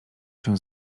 się